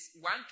one